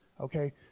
Okay